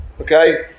Okay